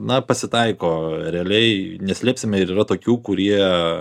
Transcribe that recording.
na pasitaiko realiai neslėpsime ir yra tokių kurie